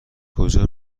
کجا